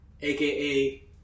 aka